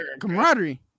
camaraderie